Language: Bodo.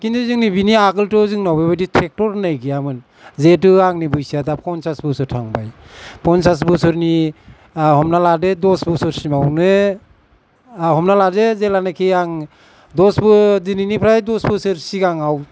किन्तु जोंनि बेनि आगोलथ' जोंनाव बेबादि ट्रेक्टर होननाय गैयामोन जिहेथु आंनि बैसोआ दा पन्सास बोसोर थांबाय पन्सास बोसोरनि हमना लादो दस बोसोरसिमावनो हमना लादो जेब्लानाखि आं दस बो दिनैनिफ्राय दस बोसोर सिगाङाव